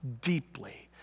deeply